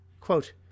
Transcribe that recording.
Quote